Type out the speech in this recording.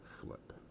flip